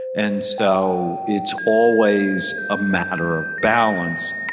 and so it's always a matter of balance.